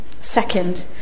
Second